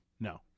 No